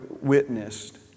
witnessed